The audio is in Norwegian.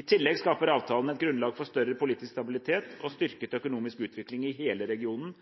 I tillegg skaper avtalen et grunnlag for større politisk stabilitet og styrket økonomisk utvikling i hele regionen.